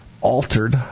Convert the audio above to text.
altered